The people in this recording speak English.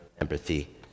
empathy